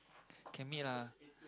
can meet lah